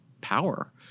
power